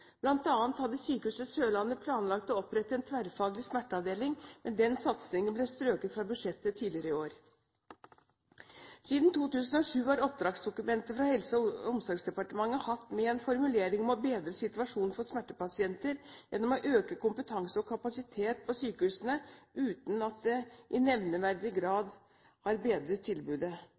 annet hadde Sørlandet sykehus planlagt å opprette en tverrfaglig smerteavdeling, men den satsingen ble strøket fra budsjettet tidligere i år. Siden 2007 har oppdragsdokumentene fra Helse- og omsorgsdepartementet hatt med en formulering om å bedre situasjonen for smertepasienter gjennom å øke kompetanse og kapasitet på sykehusene, uten at det i nevneverdig grad har bedret tilbudet.